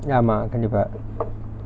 ஆமா கண்டிப்பா:aamaa kandippaa